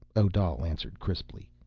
odal answered crisply,